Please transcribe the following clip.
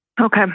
Okay